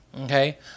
Okay